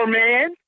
man